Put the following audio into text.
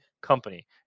company